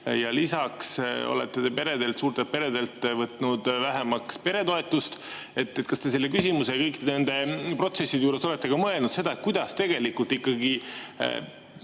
Lisaks olete te peredelt, suurtelt peredelt, võtnud vähemaks peretoetust. Kas te selle küsimuse ja kõikide nende protsesside juures olete ka mõelnud seda, kuidas tegelikult pered